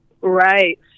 Right